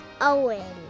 Owen